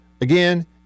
Again